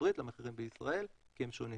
הברית למחירים בישראל כי הם שונים,